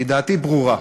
כי דעתי ברורה: